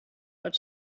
but